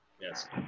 Yes